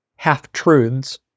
half-truths